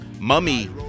mummy